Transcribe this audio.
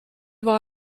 war